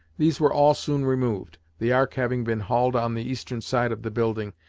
these were all soon removed, the ark having been hauled on the eastern side of the building,